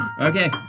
Okay